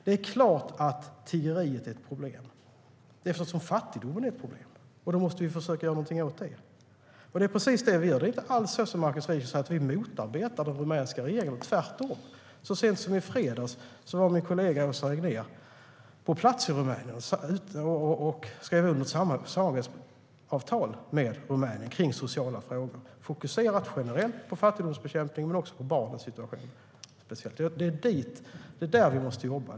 Det är klart att tiggeriet är ett problem eftersom fattigdomen är ett problem. Det måste vi försöka göra något åt, och det är precis det vi gör. Det är inte alls som Markus Wiechel säger att vi motarbetar den rumänska regeringen, tvärtom. Så sent som i fredags var min kollega Åsa Regnér i Rumänien och skrev under ett samarbetsavtal om sociala frågor. Det fokuserar på fattigdomsfrågor generellt och på barnens situation speciellt. Det är där vi måste jobba.